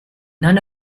none